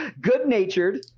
good-natured